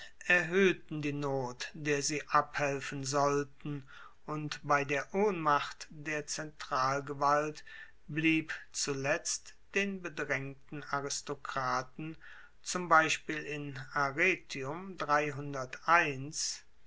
erhoehten die not der sie abhelfen sollten und bei der ohnmacht der zentralgewalt blieb zuletzt den bedraengten aristokraten zum beispiel in